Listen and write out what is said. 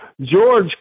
George